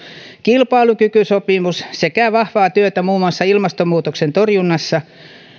kilpailukykysopimus sekä vahvaa työtä muun muassa ilmastonmuutoksen torjunnassa